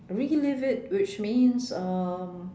relive it which means um